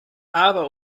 aber